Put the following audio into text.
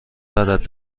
دارد